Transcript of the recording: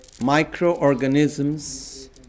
microorganisms